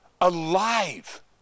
Alive